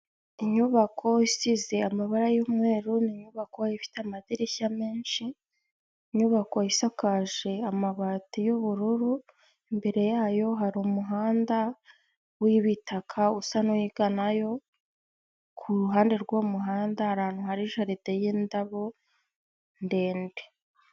Inyubako isize amabara y'umweru, ni inyubako ifite amadirishya menshi, inyubako isakaje amabati y'ubururu, imbere yayo hari umuhanda w'ibitaka usa n'uganayo, ku ruhande rw'uwo muhanda hari ahantu hari jaride y'indabo ndende.